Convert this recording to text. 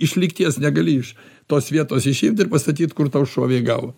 iš lygties negali iš tos vietos išimt ir pastatyt kur tau šovė į galvą